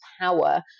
power